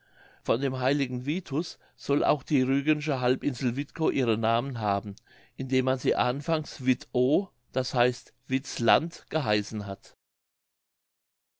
von dem heiligen vitus soll auch die rügensche halbinsel witkow ihren namen haben indem man sie anfangs vitow d h vitsland geheißen hat